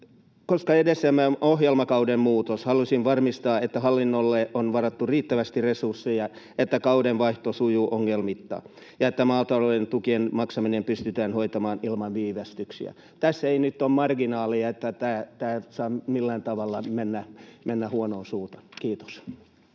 Koska edessämme on ohjelmakauden muutos, haluaisin varmistaa, että hallinnolle on varattu riittävästi resursseja, että kauden vaihto sujuu ongelmitta ja että maatalouden tukien maksaminen pystytään hoitamaan ilman viivästyksiä. Tässä ei nyt ole marginaalia, niin että tämä ei saa millään tavalla mennä huonoon suuntaan. — Kiitos.